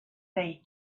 fate